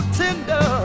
tender